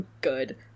good